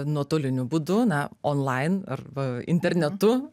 nuotoliniu būdu na onlain arba internetu